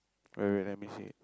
wait wait wait let me see it